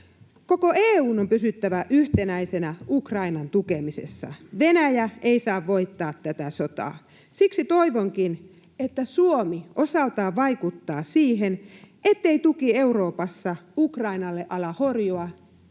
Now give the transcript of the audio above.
Koko EU:n on pysyttävä yhtenäisenä Ukrainan tukemisessa. Venäjä ei saa voittaa tätä sotaa. Siksi toivonkin, että Suomi osaltaan vaikuttaa siihen, ettei tuki Euroopassa Ukrainalle ala horjua.